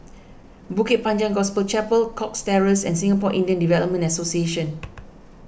Bukit Panjang Gospel Chapel Cox Terrace and Singapore Indian Development Association